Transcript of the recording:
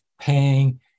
paying